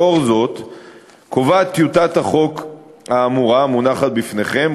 לאור זאת קובעת טיוטת החוק האמורה המונחת בפניכם,